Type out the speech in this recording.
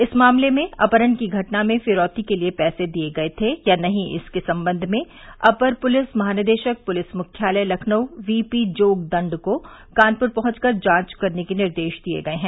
इस मामले में अपहरण की घटना में फिरौती के लिये पैसे दिये गये थे या नहीं इसके संबंध में अपर पुलिस महानिदेशक पुलिस मुख्यालय लखनऊ वीपी जोग दंड को कानपुर पहुंचकर जांच करने के निर्देश दिये गये हैं